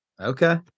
Okay